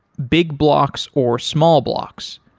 big blocks or small blocks?